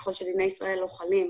ככל שדיני ישראל לא חלים,